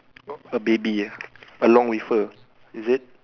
a baby ah along with her is it